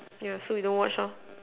yeah so we don't watch lor